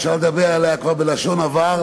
אפשר לדבר עליה כבר בלשון עבר,